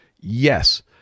Yes